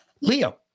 Leo